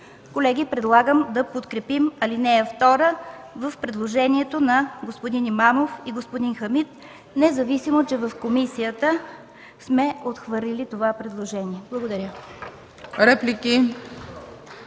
Колеги, предлагам да подкрепим ал. 2 в предложението на господин Имамов и господин Хамид, независимо че в комисията сме отхвърлили това предложение. Благодаря.